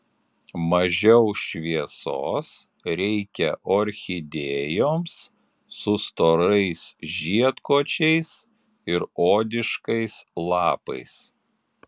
mažiau šviesos reikia orchidėjoms su storais žiedkočiais ir odiškais lapais